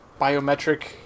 biometric